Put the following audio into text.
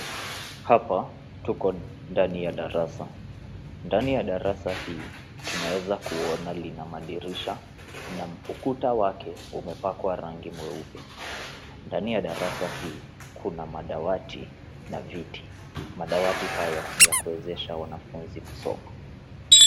Hapa tuko ndani ya darasa. Ndani ya darasa hii tunaweza kuona lina na madirisha na ukuta wake umepakwa rangi mweupe. Ndani ya darasa hii kuna madawati na viti. Madawati haya ni ya kuwezesha wanafunzi kusoma.